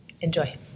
Enjoy